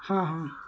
ہاں ہاں